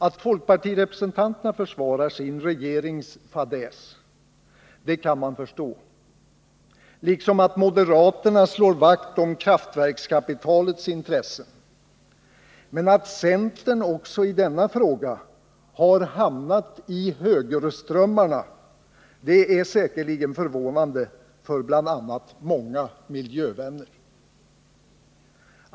Att folkpartirepresentanterna försvarar sin regerings fadäs kan man förstå, liksom att moderaterna slår vakt om kraftverkskapitalets intressen, men att centern också i denna fråga har hamnat i högerströmmarna är säkerligen förvånande för bl.a. många miljövänner.